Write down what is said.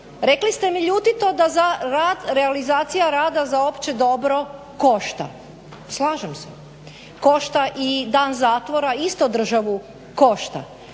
Rekli ste mi ljutito da rad realizacija rada za opće dobro košta. Slažem se, košta i dan zatvora isto državu košta.